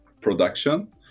production